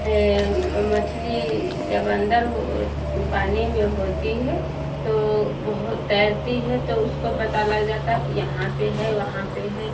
है मछली जब अंदर हो पानी में होती है तो बहुत तैरती है तो उसको पता लग जाता है कि यहाँ पे है वहाँ पे है